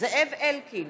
זאב אלקין,